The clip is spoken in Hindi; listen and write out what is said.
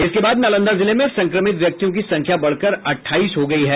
इसके बाद नालंदा जिले में संक्रमित व्यक्तियों की संख्या बढ़कर अट्ठाईस हो गयी है